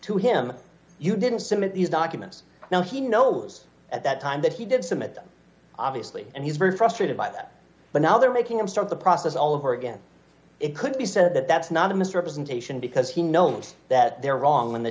to him you didn't submit these documents now he knows at that time that he did submit them obviously and he's very frustrated by that but now they're making him start the process all over again it could be said that that's not a misrepresentation because he knows that they're wrong when they